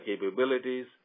capabilities